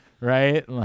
right